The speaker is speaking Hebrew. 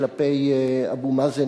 כלפי אבו מאזן,